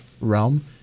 realm